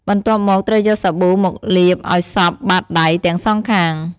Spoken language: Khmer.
បន្ទាប់មក ត្រូវយកសាប៊ូ មកលាបឱ្យសព្វបាតដៃទាំងសងខាង។